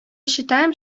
считаем